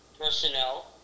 personnel